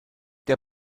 der